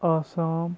Assam